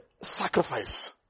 sacrifice